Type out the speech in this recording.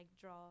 draw